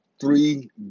three